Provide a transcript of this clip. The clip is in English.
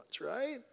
right